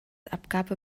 abgabe